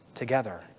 together